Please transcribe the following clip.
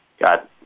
got